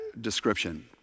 description